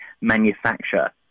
manufacture